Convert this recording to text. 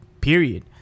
period